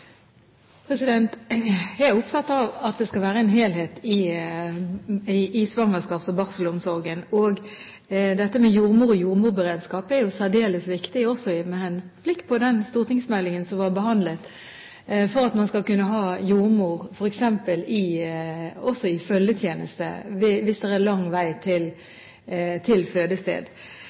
Jeg er opptatt av at det skal være en helhet i svangerskaps- og barselomsorgen. Jordmor og jordmorberedskap er jo særdeles viktig også med henblikk på den stortingsmeldingen som har vært behandlet, slik at man skal kunne ha jordmor f.eks. i følgetjeneste hvis det er lang vei til fødested. Jeg er ikke kjent med at det